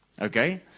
Okay